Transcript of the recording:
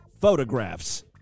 photographs